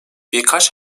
birkaç